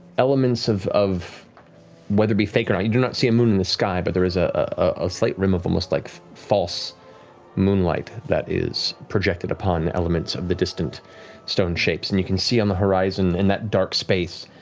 elements of of whether, be fake or not, you do not see a moon in the sky, but there is ah a slight rim of like false moonlight that is projected upon elements of the distant stone shapes and you can see on the horizon, in that dark space,